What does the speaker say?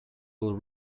will